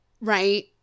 Right